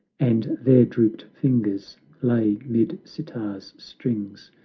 and there drooped fingers lay mid sitar's strings.